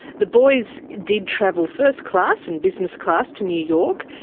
the boys did travel first class and business class to new york,